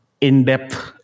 in-depth